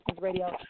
Radio